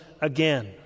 again